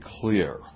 clear